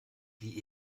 die